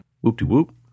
whoop-de-whoop